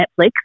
Netflix